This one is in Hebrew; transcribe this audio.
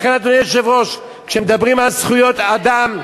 לכן, אדוני היושב-ראש, כשמדברים על זכויות אדם,